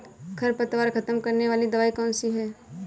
खरपतवार खत्म करने वाली दवाई कौन सी है?